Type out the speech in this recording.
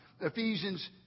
Ephesians